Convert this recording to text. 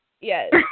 yes